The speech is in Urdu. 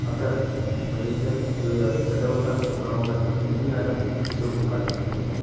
اگر منیجر جو یا پھر صدر ہوتا ہے اس کو کام اگر پسند نہیں آیا تو لوگ نکال بھی سکتے ہیں